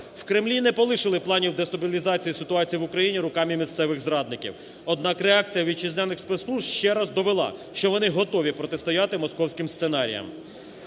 В Кремлі не полишили планів дестабілізації ситуації в Україні руками місцевих зрадників. Однак реакція вітчизняних спецслужб ще раз довела, що вони готові протистояти московським сценаріям.